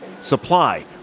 Supply